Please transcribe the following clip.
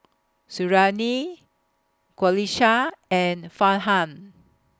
Suriani Qalisha and Farhan